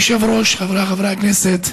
אדוני היושב-ראש, חבריי חברי הכנסת,